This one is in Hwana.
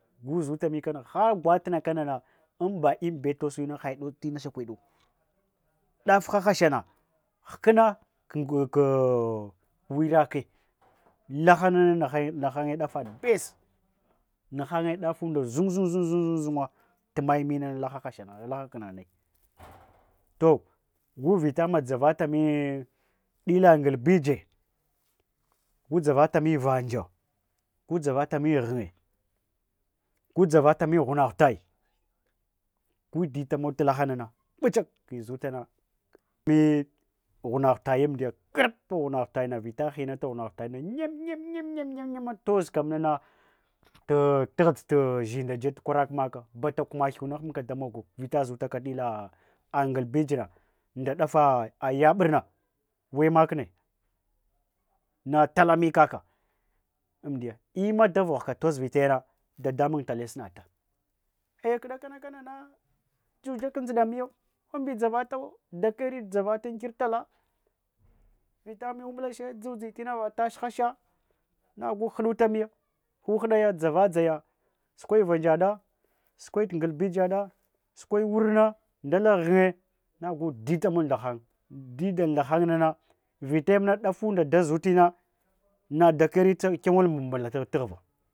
Guzatami kana har gwatna kanana, imba imbe tosuyuna hai dots tina shakwaɗu ɓaf ha hashana hkna kwirake, lahana naha ge ɗafaɗa best nahanye dafunda dʒun dʒun dʒunwa, tu mayi mi laha hasha taha wuna. To gu vita mazata mi ɗila ngbije gu dʒavatamu ghuna hutia gu ditamol alahanana bachakwa gi dʒutana huna hutia amdiya krapghuma hutia na vita himata ghuna hutakna nyam, nyam nyam nyam nyam todʒka munana todʒ zhinda jeb tu kworak maka, mbatn kuma hyuna hambla damogo, vita zutaka ɗila ngalbijna nda ɗafa yaɓurna we makne na talamu kakandiya, imma da voghka tosvitayana dadamun tale suna ta, ei kɗakana kanana fuja kanzɗa miyo hambi dʒavatau, dakyawai dʒavata an kir tala. Vita mewmulache elʒadʒi tinava tas hasha nagu huɗa miyo, nu haɗaya dʒava dʒaya sukwai vanjaɗa sukwai ngalbyiɗa, sukwai wurna nda ngyiye nagu ditamal ndghan dudal ndaghan ng vitaya ɗafunda daʒutina na dakyari kyagol mbamblag tat taghva.